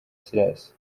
silas